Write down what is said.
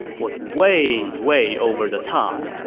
was way way over the top.